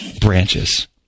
branches